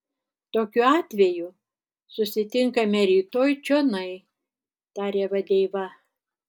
tokiu atveju susitinkame rytoj čionai tarė vadeiva